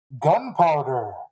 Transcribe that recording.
gunpowder